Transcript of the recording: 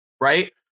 right